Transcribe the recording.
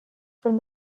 from